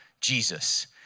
Jesus